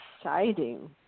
exciting